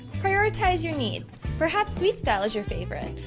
prioritize your needs. perhaps suite style is your favorite,